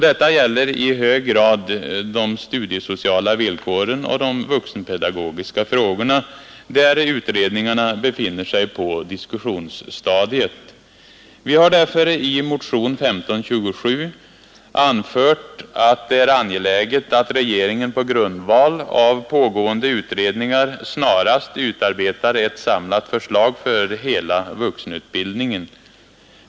Detta gäller i hög grad de studiesociala villkoren och de vuxenpedagogiska frågorna, där utredningarna befinner sig på diskussionsstadiet. Vi har därför i motionen 1527 anfört att det är angeläget att regeringen på grundval av pågående utredningar snarast utarbetar ett samlat förslag för hela vuxenutbildningen.